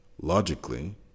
logically